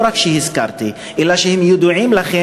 לא רק אלה שהזכרתי אלא גם אלה שידוע לכם